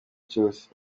cyose